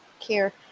care